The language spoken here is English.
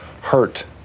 hurt